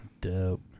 Dope